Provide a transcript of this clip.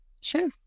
Sure